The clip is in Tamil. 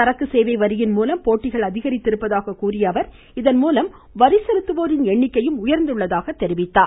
சரக்கு சேவை வரியின் மூலம் போட்டிகள் அதிகரித்து இருப்பதாக கூறிய அவர் இதன் மூலம் வரி செலுத்துவோரின் எண்ணிக்கையும் உயர்ந்துள்ளதாக குறிப்பிட்டார்